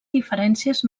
diferències